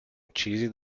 uccisi